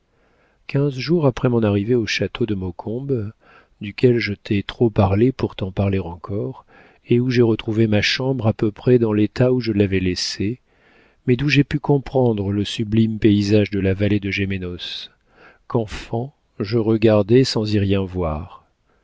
quinze jours après mon arrivée au château de maucombe duquel je t'ai trop parlé pour t'en parler encore et où j'ai retrouvé ma chambre à peu près dans l'état où je l'avais laissée mais d'où j'ai pu comprendre le sublime paysage de la vallée de gémenos qu'enfant je regardais sans y rien voir